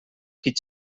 qui